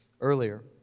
earlier